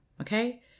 okay